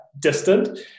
distant